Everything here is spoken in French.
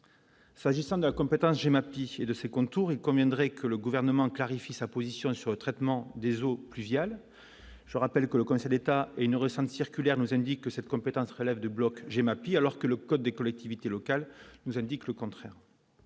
s'agissant d'incompétence, j'ai ma petite-fille de ses contours, il conviendrait que le gouvernement clarifie sa position sur le traitement des eaux pluviales, je rappelle que le Conseil d'État et ne ressentent circulaire nous indique que cette compétence relève du bloc j'aime, alors que le code des collectivités locales, nous indique le contraire